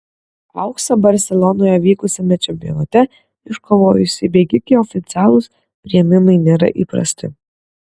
auksą barselonoje vykusiame čempionate iškovojusiai bėgikei oficialūs priėmimai nėra įprasti